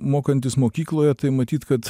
mokantis mokykloje tai matyt kad